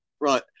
Right